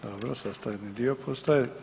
Dobro, sastavni dio postaje.